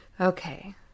Okay